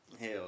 Hell